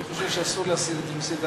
אני חושב שאסור להסיר את זה מסדר-היום,